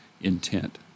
intent